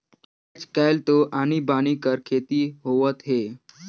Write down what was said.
आयज कायल तो आनी बानी कर खेती होवत हे